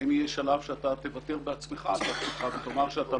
האם יהיה שלב שאתה תוותר בעצמך על תפקידך ותאמר שאתה